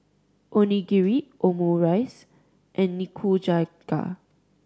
Onigiri Omurice and Nikujaga